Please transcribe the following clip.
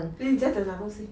then just like 拿东西